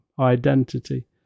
identity